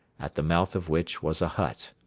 at the mouth of which was a hut.